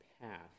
path